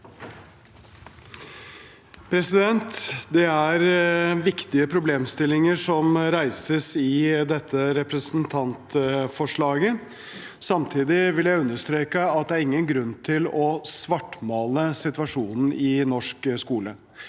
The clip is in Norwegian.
Det er viktige pro- blemstillinger som reises i dette representantforslaget. Samtidig vil jeg understreke at det ikke er noen grunn til å svartmale situasjonen i norsk skole.